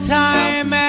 time